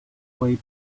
way